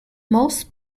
most